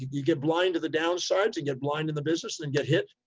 you get blind to the downsides and get blind in the business and get hit.